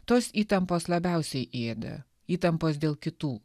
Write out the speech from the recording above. tos įtampos labiausiai ėda įtampos dėl kitų